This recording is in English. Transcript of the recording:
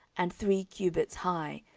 and three cubits high,